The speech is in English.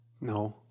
No